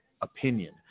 opinion